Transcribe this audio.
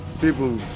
people